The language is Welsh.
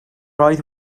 oedd